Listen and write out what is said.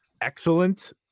excellent